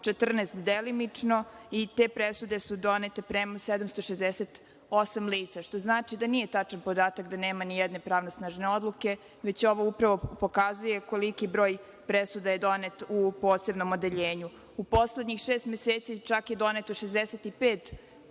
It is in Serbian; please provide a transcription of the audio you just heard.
14 delimično i te presude su donete prema 768 lica. Što znači da nije tačan podatak da nema nijedne pravosnažne odluke, već ovo upravo pokazuje koliki broj presuda je donet u posebnom odeljenju.U poslednjih šest meseci, čak je donet 65